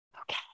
Okay